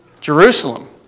Jerusalem